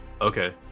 Okay